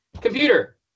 computer